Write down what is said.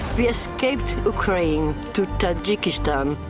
we escaped ukraine to tajikistan.